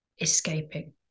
Escaping